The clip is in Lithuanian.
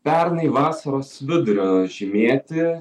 pernai vasaros vidurio žymėti